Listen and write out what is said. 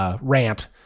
rant